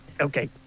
Okay